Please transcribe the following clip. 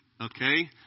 okay